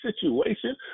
situation